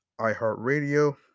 iHeartRadio